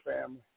family